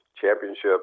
championship